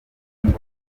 bwacu